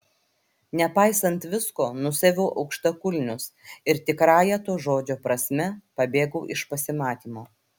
nepaisant visko nusiaviau aukštakulnius ir tikrąja to žodžio prasme pabėgau iš pasimatymo